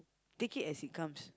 take it as it comes